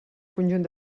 conjunt